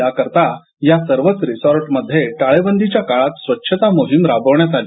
याकरता या सर्वच रिसॉर्टमध्ये टाळेबंदीच्या काळात स्वच्छता मोहिम राबवण्यात आली